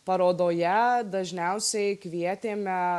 parodoje dažniausiai kvietėme